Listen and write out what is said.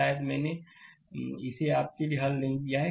शायद मैंने इसे आपके लिए हल नहीं किया है